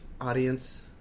audience